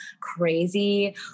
crazy